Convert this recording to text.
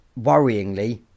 worryingly